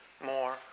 more